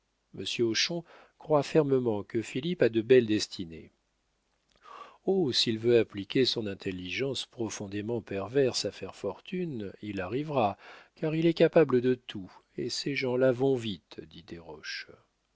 hochon croit fermement que philippe a de belles destinées oh s'il veut appliquer son intelligence profondément perverse à faire fortune il arrivera car il est capable de tout et ces gens-là vont vite dit desroches